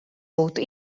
būtu